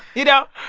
you know?